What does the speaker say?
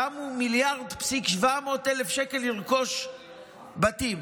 שמו 1.7 מיליארד שקל לרכוש בתים,